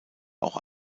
auch